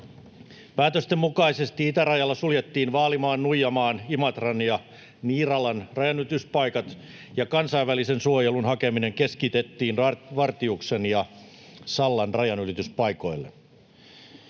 Päätöksen mukaisesti itärajalla suljettiin Vaalimaan, Nuijamaan, Imatran ja Niiralan rajanylityspaikat ja kansainvälisen suojelun hakeminen keskitettiin Vartiuksen ja Sallan rajanylityspaikoille.